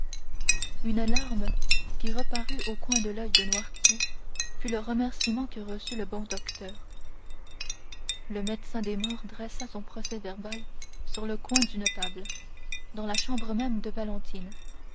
une larme qui reparut au coin de l'oeil de noirtier fut le remerciement que reçut le bon docteur le médecin des morts dressa son procès-verbal sur le coin d'une table dans la chambre même de valentine